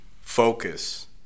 focus